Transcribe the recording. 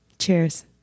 cheers